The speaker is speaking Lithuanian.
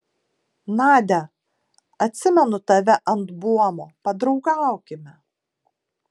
nadia atsimenu tave ant buomo padraugaukime